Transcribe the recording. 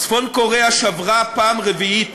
צפון-קוריאה שברה פעם רביעית